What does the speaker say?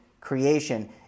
creation